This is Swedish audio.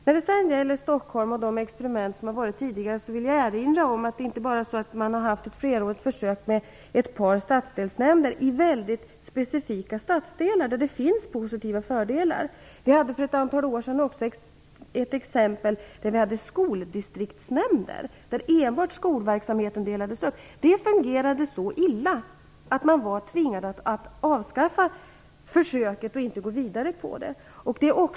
När det sedan gäller de experiment som gjorts i Stockholm vill jag erinra om att man inte bara haft ett flerårigt försök med ett par stadsdelsnämnder i väldigt specifika stadsdelar där det finns positiva fördelar. Vi hade för ett antal år sedan också skoldistriktsnämnder, där enbart skolverksamheten delades upp. Det fungerade så illa att man var tvingad att avskaffa dem och inte gå vidare.